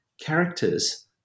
characters